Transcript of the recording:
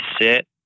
sit